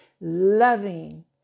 loving